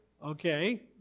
Okay